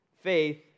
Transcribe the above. Faith